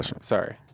Sorry